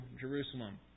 Jerusalem